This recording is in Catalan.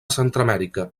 centreamèrica